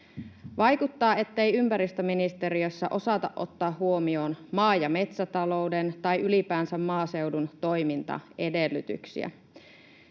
Vaikuttaa, ettei ympäristöministeriössä osata ottaa huomioon maa- ja metsätalouden tai ylipäänsä maaseudun toimintaedellytyksiä.